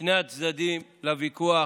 שני הצדדים לוויכוח,